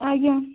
ଆଜ୍ଞା